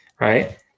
right